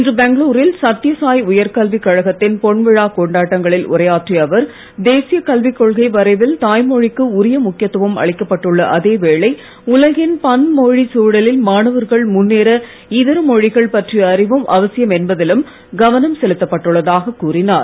இன்று பெங்களூரில் சத்தியசாய் உயர்கல்விக் கழகத்தின் பொன்விழாக் கொண்டாட்டங்களில் உரையாற்றிய அவர் தேசிய கல்விக்கொள்கை வரைவில் தாய்மொழிக்கு உரிய முக்கியத்துவம் அளிக்கப்பட்டுள்ள அதே வேளை உலகின் பன்மொழச் சூழலில் மாணவர்கள் முன்னேற இதர மொழிகள் பற்றிய அறிவும் அவசியம் என்பதிலும் கவனம் செலுத்தப் பட்டுள்ளதாகக் கூறினார்